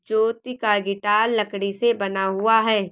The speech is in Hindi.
ज्योति का गिटार लकड़ी से बना हुआ है